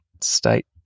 state